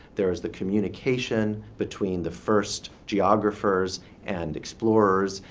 there is the communication between the first geographers and explorers,